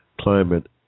climate